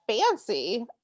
fancy